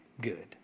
good